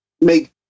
make